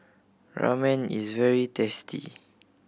ramen is very tasty